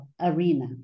arena